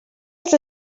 els